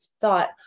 thought